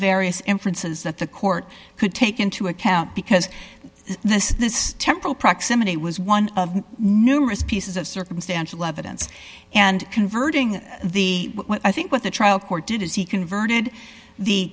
various inferences that the court could take into account because this this temporal proximity was one of numerous pieces of circumstantial evidence and converting the i think what the trial court did is he converted the